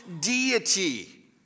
deity